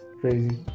Crazy